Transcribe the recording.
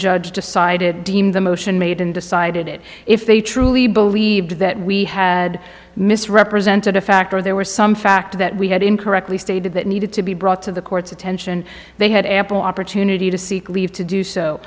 judge decided deem the motion made and decided if they truly believed that we had misrepresented a fact or there were some fact that we had incorrectly stated that needed to be brought to the court's attention they had ample opportunity to seek leave to do so